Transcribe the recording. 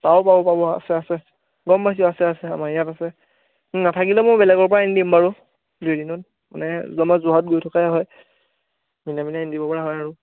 পাব পাব পাব আছে আছে গ'ম পাইছোঁ আছে আছে আমাৰ ইয়াত আছে নাথাকিলে মই বেলেগৰপৰা আনি দিম বাৰু দুই এদিনত মানে যোৰহাট গৈ থকাই হয় মিলাই মেলি আনি দিব পৰা হয় আৰু